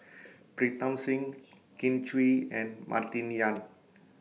Pritam Singh Kin Chui and Martin Yan